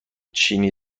چینی